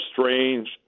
strange